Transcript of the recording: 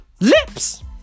lips